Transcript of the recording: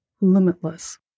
limitless